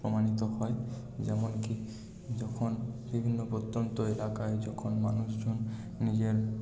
প্রমাণিত হয় যেমন কি যখন বিভিন্ন প্রত্যন্ত এলাকায় যখন মানুষজন নিজের